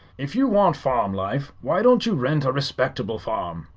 if you want farm life, why don't you rent a respectable farm?